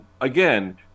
again